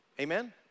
Amen